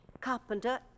Carpenter